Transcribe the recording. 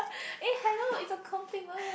eh hello it's a compliment